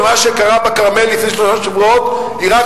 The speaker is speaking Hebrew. ומה שקרה בכרמל לפני שלושה שבועות הוא רק